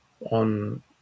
on